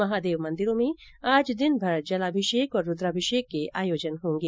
महादेव मंदिरों में आज दिनभर जलाभिषेक और रूद्राभिषेक के आयोजन होंगे